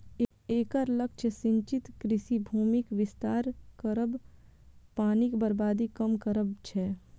एकर लक्ष्य सिंचित कृषि भूमिक विस्तार करब, पानिक बर्बादी कम करब छै